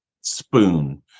spoon